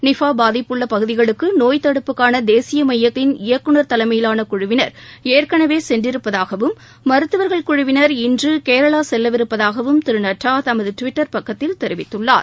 Nipah பாதிப்பு உள்ள பகுதிகளுக்கு நோய்த்தடுப்புக்கான தேசிய மையத்தின் இயக்குநர் தலைமையிலான குழுவினா் ஏற்கனவே சென்றிருப்பதாகவும் மருத்துவா்கள் குழுவினா் இன்று கேரளா செல்லவிருப்பதாகவும் திரு நட்டா தமது டுவிட்டர் பக்கத்தில் தெரிவித்துள்ளார்